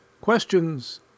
Questions